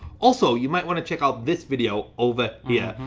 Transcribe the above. also you might want to check out this video over yeah